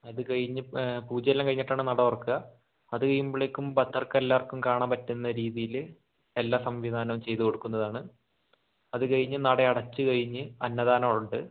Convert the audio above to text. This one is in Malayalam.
അത് കഴിഞ്ഞ് പൂജയെല്ലാം കഴിഞ്ഞിട്ടാണ് നട തുറക്കുക അത് കഴിയുമ്പോഴേക്കും ഭക്തർക്ക് എല്ലാവർക്കും കാണാൻ പറ്റുന്ന രീതിയിൽ എല്ലാ സംവിധാനവും ചെയ്തു കൊടുക്കുന്നതാണ് അത് കഴിഞ്ഞ് നട അടച്ച് കഴിഞ്ഞ് അന്നദാനം ഉണ്ട്